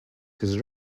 his